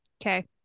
Okay